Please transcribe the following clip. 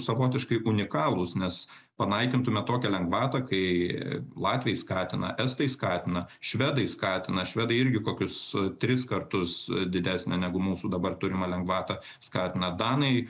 savotiškai unikalūs nes panaikintume tokią lengvatą kai latviai skatina estai skatina švedai skatina švedai irgi kokius tris kartus didesnė negu mūsų dabar turimą lengvatą skatina danai